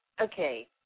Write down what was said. okay